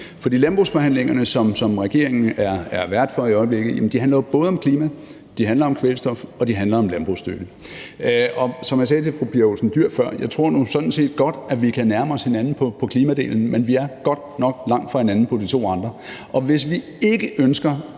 Landbrugsforhandlingerne, som regeringen er vært for i øjeblikket, handler jo både om klima, kvælstof og landbrugsstøtte. Som jeg sagde til fru Pia Olsen Dyhr før, tror jeg nu sådan set godt, at vi kan nærme os hinanden på klimadelen, men vi er godt nok langt fra hinanden på de to andre områder. Og hvis vi ikke ønsker